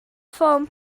ffôn